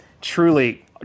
Truly